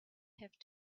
have